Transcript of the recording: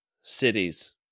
cities